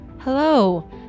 Hello